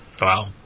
Wow